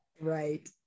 right